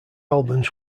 albums